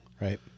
right